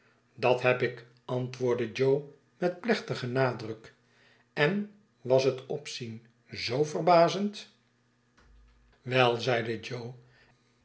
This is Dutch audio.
dat heb ik antwoordde jo met plechtigen nadruk u en was het opzien zoo verbazend wei zeide